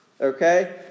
Okay